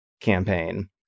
campaign